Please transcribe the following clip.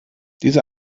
diese